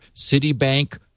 Citibank